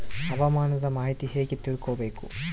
ಹವಾಮಾನದ ಮಾಹಿತಿ ಹೇಗೆ ತಿಳಕೊಬೇಕು?